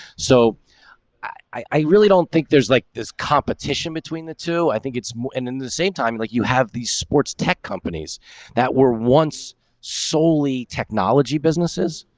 so i really don't think there's like this competition between the two. i think it's and in the same time that and like you have these sports tech companies that were once solely technology businesses.